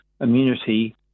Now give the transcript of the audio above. immunity